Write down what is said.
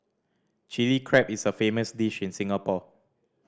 Chilli Crab is a famous dish in Singapore